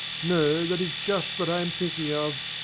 no that is just what i am thinking of.